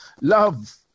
love